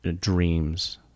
dreams